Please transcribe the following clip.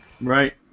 Right